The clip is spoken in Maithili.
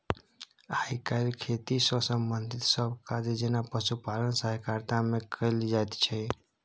आइ काल्हि खेती सँ संबंधित सब काज जेना पशुपालन सहकारिता मे कएल जाइत छै